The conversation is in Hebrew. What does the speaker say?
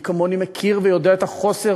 מי כמוני מכיר ויודע את החוסר